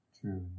true